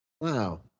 Wow